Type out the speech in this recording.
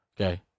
Okay